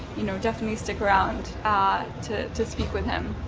you know definitely stick around to to speak with him.